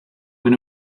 win